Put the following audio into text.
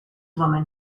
woman